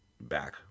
back